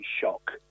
shock